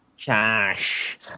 Cash